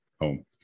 home